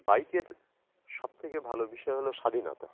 বাইকের সবথেকে ভালো বিষয় হলো স্বাধীনতা